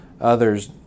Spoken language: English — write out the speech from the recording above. Others